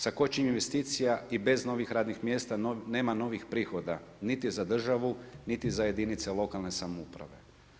Sa kočenjem investicija i bez novih radnih mjesta, nema novih prihoda niti za državu niti za jedinice lokalne samouprave.